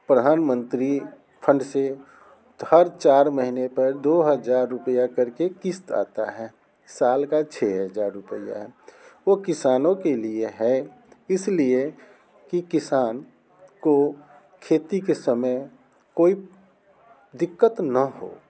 प्रधानमंत्री फंड से हर चार महीने पर दो हज़ार रुपया करके किस्त आता है साल का छ हज़ार रुपया है वो किसानों के लिए है इसलिए कि किसान को खेती के समय कोई दिक्कत ना हो